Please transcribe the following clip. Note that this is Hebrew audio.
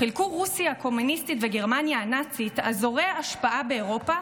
חילקו רוסיה הקומוניסטית וגרמניה הנאצית אזורי השפעה באירופה,